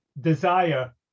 desire